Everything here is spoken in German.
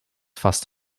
fast